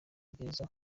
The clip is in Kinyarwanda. gereza